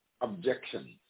objections